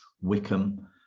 wickham